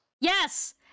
Yes